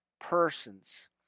persons